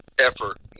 effort